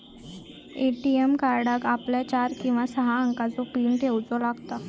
ATM कार्डाक आपल्याक चार किंवा सहा अंकाचो पीन ठेऊचो लागता